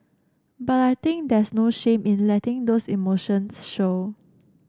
but I think there's no shame in letting those emotions show